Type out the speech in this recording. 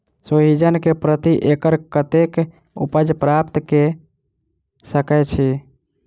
सोहिजन केँ प्रति एकड़ कतेक उपज प्राप्त कऽ सकै छी?